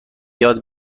یاد